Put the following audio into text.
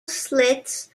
slits